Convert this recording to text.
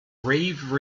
rave